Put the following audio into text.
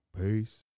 Peace